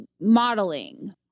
modeling